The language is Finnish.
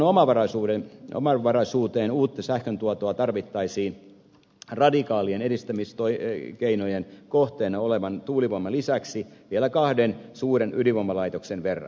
sähköntuotannon omavaraisuuteen uutta sähköntuotantoa tarvittaisiin radikaalien edistämiskeinojen kohteena olevan tuulivoiman lisäksi vielä kahden suuren ydinvoimalaitoksen verran